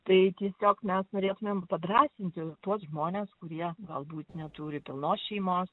tai tiesiog mes norėtumėm padrąsinti tuos žmones kurie galbūt neturi pilnos šeimos